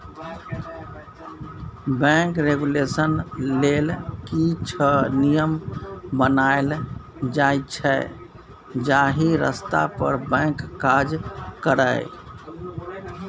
bank regulation लेल किछ नियम बनाएल जाइ छै जाहि रस्ता पर बैंक काज करय